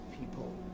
people